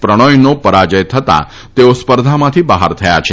પ્રણોયનો પરાજય થતાં તેઓ સ્પર્ધામાંથી બહાર થથા છે